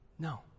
No